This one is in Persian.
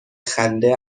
خنده